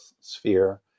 sphere